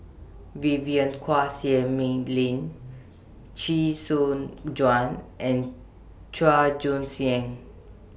Vivien Quahe Seah Mei Lin Chee Soon Juan and Chua Joon Siang